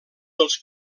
dels